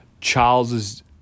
Charles's